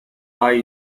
five